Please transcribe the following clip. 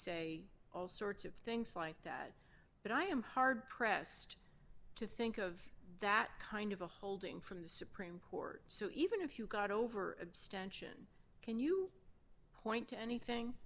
say all sorts of things like that but i am hard pressed to think of that kind of a holding from the supreme court so even if you got over abstention can you point to anything